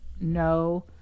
no